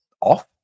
off